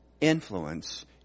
influence